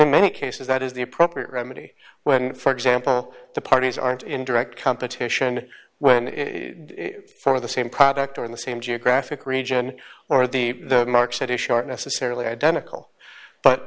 a many cases that is the appropriate remedy when for example the parties aren't in direct competition when in front of the same product or in the same geographic region or the marks that issue are necessarily identical but